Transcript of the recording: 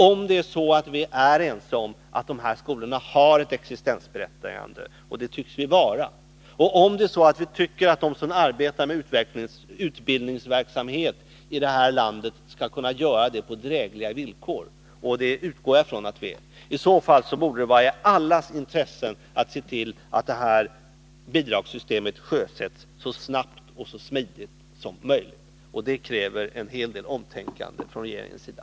Om det är så att vi är ense om att de här skolorna har ett existensberättigande — och det tycks vi vara — och om det är så att vi tycker att de som arbetar med utbildningsverksamhet i det här landet skall kunna göra det på drägliga villkor — och jag utgår från att vi gör det — borde det i så fall vara i allas intresse att se till att detta bidragssystem sjösätts så snabbt och smidigt som möjligt. Det kräver en hel del omtänkande från regeringens sida.